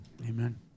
Amen